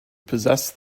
possessed